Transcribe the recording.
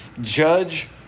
judge